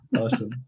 Awesome